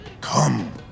come